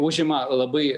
užima labai